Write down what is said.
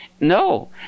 No